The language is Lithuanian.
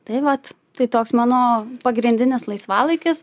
tai vat tai toks mano pagrindinis laisvalaikis